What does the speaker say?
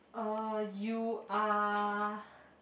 uh you are